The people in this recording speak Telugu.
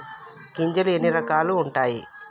గింజలు ఎన్ని రకాలు ఉంటాయి?